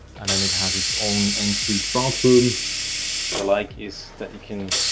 and then it has its own ensuite bathroom the like is that you can